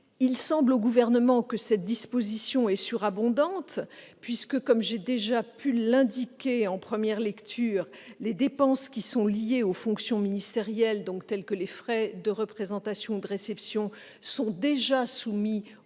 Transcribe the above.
Il semble au Gouvernement que cette disposition est surabondante, puisque, comme j'ai pu l'indiquer en première lecture, les dépenses liées aux fonctions ministérielles, telles que les frais de représentation ou de réception, sont déjà soumises au contrôle